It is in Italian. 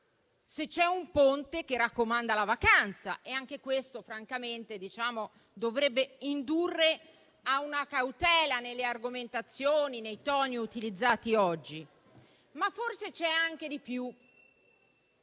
c'è un ponte che spinge a partire. Anche questo, francamente, dovrebbe indurre a una cautela nelle argomentazioni e nei toni utilizzati oggi. Ma forse c'è anche di più.